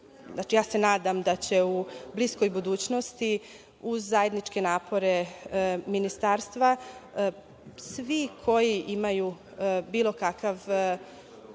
svima. Nadam se da će u bliskoj budućnosti uz zajedničke napore Ministarstva svi koji imaju bilo kakav